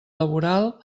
laboral